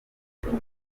afite